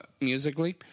musically